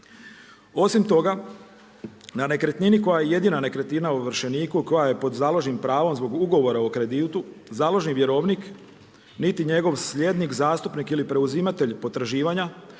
Osim toga na nekretnini koja je jedina nekretnina ovršeniku koja je pod založnim pravom zbog ugovora o kreditu, založni vjerovnik niti njegov slijednik zastupnik ili preuzimatelj potraživanja